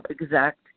exact